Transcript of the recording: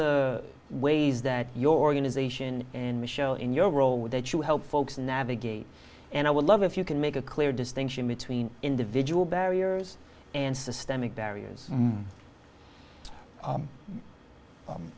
the ways that your organization and michaud in your role that you help folks navigate and i would love if you can make a clear distinction between individual barriers and systemic barriers